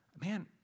Man